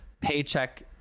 paycheck